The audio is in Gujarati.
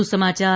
વધુ સમાચાર